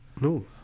No